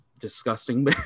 disgusting